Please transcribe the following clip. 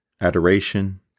adoration